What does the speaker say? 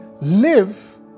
live